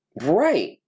Right